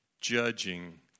judging